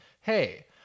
hey